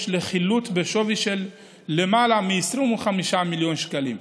לחילוט בשווי של מעל 25 מיליון ש"ח.